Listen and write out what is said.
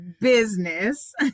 business